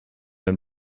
and